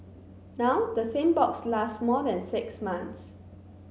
now the same box lasts more than six months